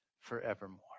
forevermore